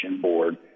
board